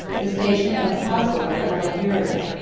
the station of consular of liguria,